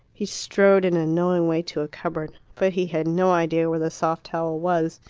he strode in a knowing way to a cupboard. but he had no idea where the soft towel was.